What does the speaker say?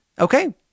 Okay